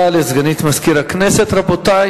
רבותי,